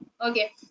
Okay